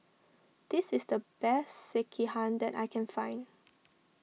this is the best Sekihan that I can find